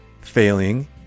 failing